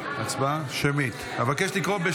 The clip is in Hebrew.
הצבעה שמית.